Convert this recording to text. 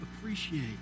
appreciate